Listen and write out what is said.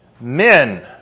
men